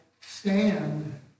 stand